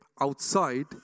outside